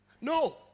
No